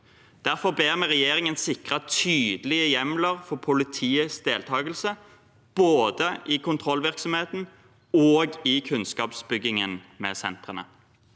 Derfor ber vi regjeringen sikre tydelige hjemler for politiets deltagelse, både i kontrollvirksomheten og i kunnskapsbyggingen med sentrene.